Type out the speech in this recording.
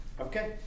Okay